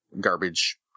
garbage